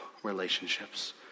relationships